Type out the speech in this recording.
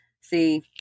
See